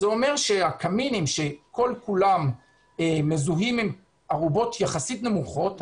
וזה אומר שהקמינים שכל כולם מזוהים עם ארובות יחסית נמוכות,